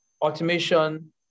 Automation